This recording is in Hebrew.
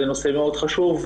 זה נושא מאוד חשוב,